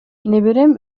неберем